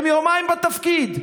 הם יומיים בתפקיד.